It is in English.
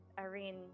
Irene